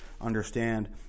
understand